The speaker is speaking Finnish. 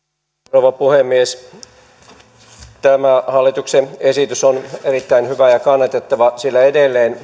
rouva puhemies tämä hallituksen esitys on erittäin hyvä ja kannatettava sillä edelleen